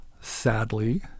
sadly